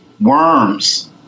worms